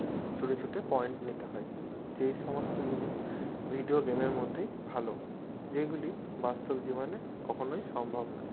ছুটে ছুটে পয়েন্ট নিতে হয় যেই সমস্ত জিনিস ভিডিও গেমের মধ্যেই ভালো যেইগুলি বাস্তব জীবনে কখনোই সম্ভব নয়